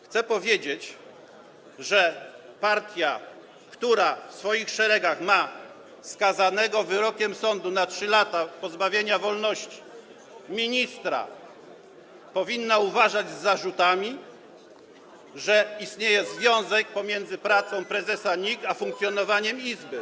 Chcę powiedzieć, że partia, która w swoich szeregach ma skazanego wyrokiem sądu na 3 lata pozbawienia wolności ministra, powinna uważać z zarzutami, że istnieje związek pomiędzy pracą prezesa NIK a funkcjonowaniem izby.